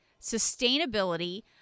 sustainability